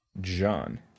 John